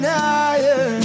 higher